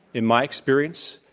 in my experience,